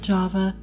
Java